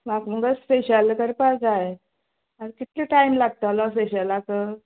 म्हाक मुगो स्पेशल करपा जाय आनी कितके टायम लागतलो स्पेशलाक